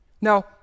Now